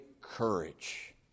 courage